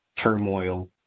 turmoil